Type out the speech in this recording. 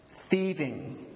thieving